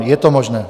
Je to možné.